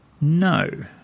No